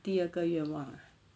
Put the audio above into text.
第二个愿望 ah